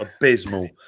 abysmal